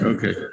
Okay